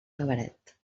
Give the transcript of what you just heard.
cabaret